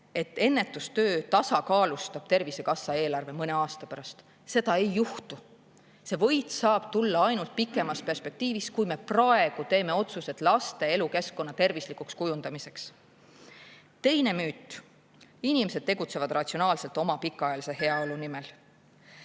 et ennetustöö tasakaalustab Tervisekassa eelarve mõne aasta pärast. Seda ei juhtu. See võit saab tulla ainult pikemas perspektiivis, kui me praegu teeme otsused laste elukeskkonna tervislikuks kujundamiseks. Teine müüt: inimesed tegutsevad ratsionaalselt oma pikaajalise heaolu nimel.